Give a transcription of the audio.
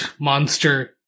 monster